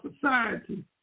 society